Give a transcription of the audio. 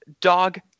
Dog